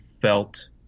felt